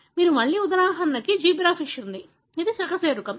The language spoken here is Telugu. మీరు మళ్లీ ఉదాహరణను జీబ్రాఫిష్ ఉంది ఇది సకశేరుకం